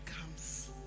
comes